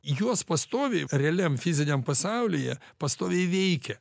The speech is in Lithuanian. juos pastoviai realiam fiziniam pasaulyje pastoviai veikia